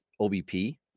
OBP